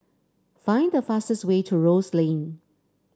find the fastest way to Rose Lane